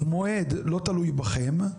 מועד לא תלוי בכם.